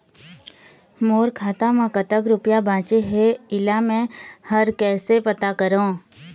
मोर खाता म कतक रुपया बांचे हे, इला मैं हर कैसे पता करों?